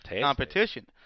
competition